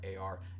AR